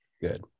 Good